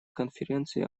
конференции